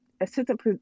assistant